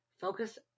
focus